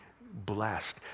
blessed